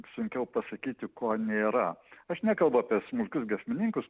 sunkiau pasakyti ko nėra aš nekalbu apie smulkius giesmininkus